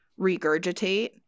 regurgitate